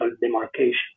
demarcation